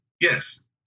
yes